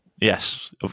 Yes